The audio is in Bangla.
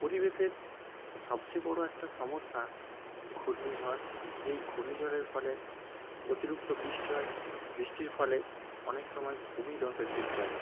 পরিবেশের সবচেয়ে বড়ো একটা সমস্যা ঘূর্ণি ঝড় এই ঘূর্ণি ঝড়ের ফলে অতিরিক্ত বৃষ্টি হয় বৃষ্টির ফলে অনেক সময় ভূমি ধসের সৃষ্টি হয়